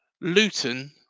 Luton